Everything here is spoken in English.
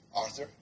Arthur